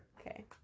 Okay